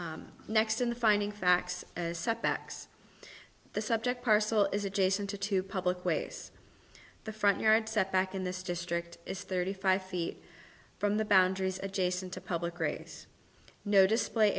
next in the finding facts as set backs the subject parcel is adjacent to two public ways the front yard setback in this district is thirty five feet from the boundaries adjacent to public raise no display